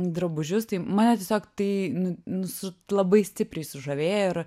drabužius tai mane tiesiog tai nu nu su labai stipriai sužavėjo ir